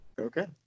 okay